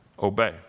obey